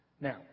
Now